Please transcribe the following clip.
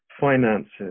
finances